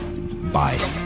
Bye